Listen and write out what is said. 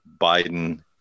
Biden